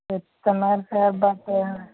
చెప్తున్నారు sir but